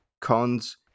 Cons